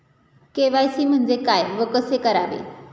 KYC म्हणजे काय व कसे करावे?